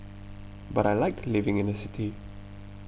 but I like living in a city